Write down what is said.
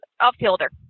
outfielder